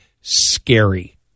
scary